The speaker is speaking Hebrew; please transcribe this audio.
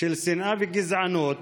של שנאה וגזענות